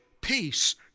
peace